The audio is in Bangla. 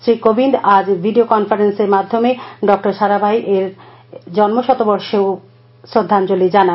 শ্রীকোবিন্দ আজ ভিডিও কনফারেন্সের মাধ্যমে ডঃ সারাভাই এবং জন্ম শতবর্ষে শ্রদ্ধাঞ্গলি জানান